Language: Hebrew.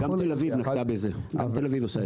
גם תל אביב נקטה בזה, גם תל אביב עושה את זה.